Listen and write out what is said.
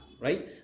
right